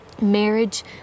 marriage